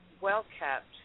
well-kept